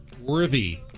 worthy